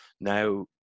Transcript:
Now